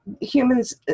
humans